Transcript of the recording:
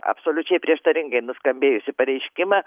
absoliučiai prieštaringai nuskambėjusį pareiškimą